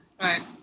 right